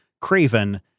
Craven